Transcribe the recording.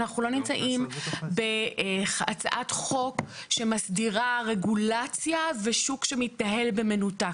אנחנו לא נמצאים בהצעת חוק שמסדירה רגולציה ושוק שמתנהל במנותק.